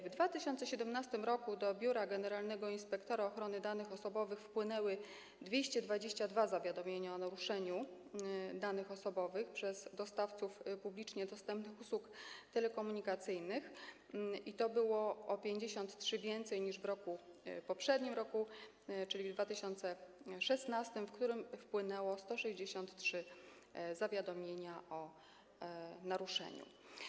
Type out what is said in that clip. W 2017 r. do Biura Generalnego Inspektora Ochrony Danych Osobowych wpłynęły 222 zawiadomienia o naruszeniu bezpieczeństwa danych osobowych przez dostawców publicznie dostępnych usług telekomunikacyjnych, i to było o 53 przypadki więcej niż w roku poprzednim, czyli w 2016 r., w którym wpłynęły 163 zawiadomienia o naruszeniu.